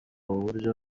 buryo